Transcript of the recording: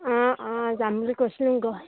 অঁ অঁ যাম বুলি কৈছিলোঁ